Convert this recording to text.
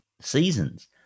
seasons